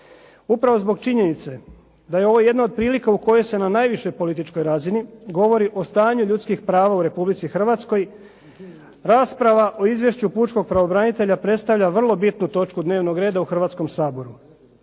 Upravo zbog činjenice da je ovo jedna od prilika u kojoj se na najvišoj političkoj razini govori o stanju ljudskih prava u Republici Hrvatskoj, rasprava o izvješću pučkog pravobranitelja predstavlja vrlo bitnu točku dnevnog reda u Hrvatskom saboru.